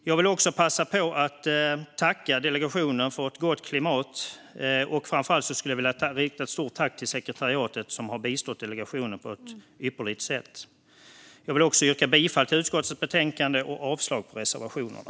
Jag vill passa på att tacka delegationen för ett gott klimat. Framför allt skulle jag vilja rikta ett stort tack till sekretariatet, som har bistått delegationen på ett ypperligt sätt. Jag vill också yrka bifall till förslaget i utskottets betänkande och avslag på reservationerna.